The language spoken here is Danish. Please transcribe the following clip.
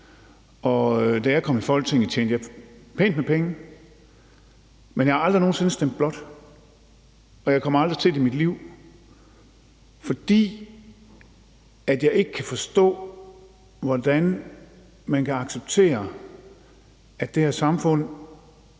og da jeg kom i Folketinget, tjene jeg pænt med penge, men jeg har aldrig nogen sinde stemt blåt, og jeg kommer aldrig til det i mit liv, fordi jeg ikke kan forstå, hvordan man kan acceptere, at det her samfund